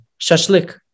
shashlik